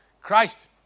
Christ